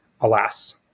alas